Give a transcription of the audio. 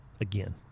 again